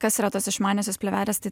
kas yra tos išmaniosios plėvelės tai